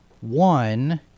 One